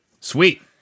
Sweet